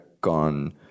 gone